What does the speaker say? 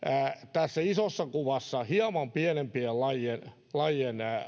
tässä isossa kuvassa hieman pienempien lajien lajien